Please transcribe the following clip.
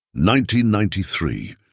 1993